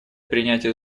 принятие